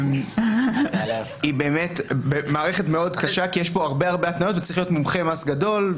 זאת באמת מערכת מאוד קשה כי יש הרבה התניות וצריך להיות מומחה מס גדול.